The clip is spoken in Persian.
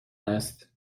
است